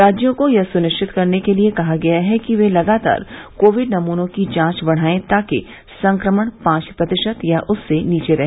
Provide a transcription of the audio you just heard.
राज्यों को यह सुनिश्चित करने के लिए कहा गया है कि वे लगातार कोविड नमूनों की जांच बढ़ाएं ताकि संक्रमण पांच प्रतिशत या उससे नीचे रहे